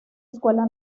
escuela